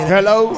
Hello